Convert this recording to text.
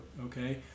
okay